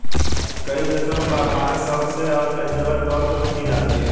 कई देशों में बागवानी शौक से और पेशेवर तौर पर भी की जाती है